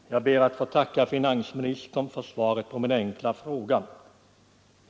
Herr talman! Jag ber att få tacka finansministern för svaret på min enkla fråga.